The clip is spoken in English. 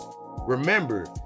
Remember